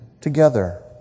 together